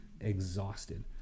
exhausted